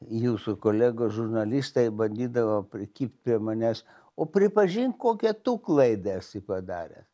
jūsų kolegos žurnalistai bandydavo prikibt prie manęs o pripažink kokią tu klaidą esi padarę